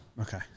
Okay